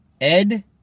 Ed